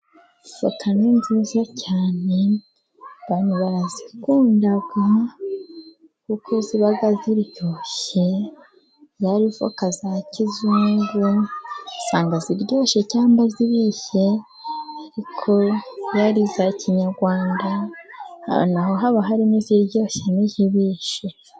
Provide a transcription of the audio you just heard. Voka ni nziza cyane, abantu barazikunda, kuko ziba ziryoshye, zaba voka za kizungu usanga ziryoshye cyangwa zibishye, ariko iyo ari iza kinyarwanda, n'aho haba harimo iziryoshye n'izibishye.